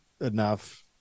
enough